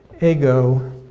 Ego